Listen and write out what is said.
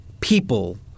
people